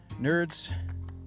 nerds